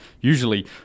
usually